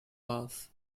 bas